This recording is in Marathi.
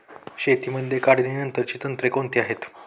शेतीमध्ये काढणीनंतरची तंत्रे कोणती आहेत?